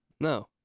No